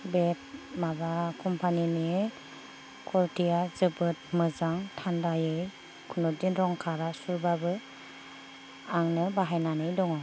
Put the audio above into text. बे माबा कम्फानिनि कुरथिया जोबोद मोजां थानदायै कुनु दिन रं खारा सुबाबो आंनो बाहायनानै दङ